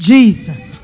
Jesus